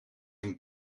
een